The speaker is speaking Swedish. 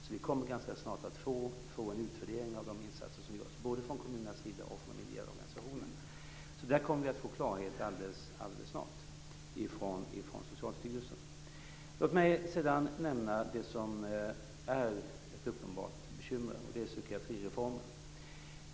Så vi kommer ganska snart att få en utvärdering av de insatser som görs både från kommunernas sida och från de ideella organisationerna. Så där kommer vi att få klarhet från Socialstyrelsen alldeles snart. Låt mig sedan nämna det som är ett uppenbart bekymmer, och det är psykiatrireformen.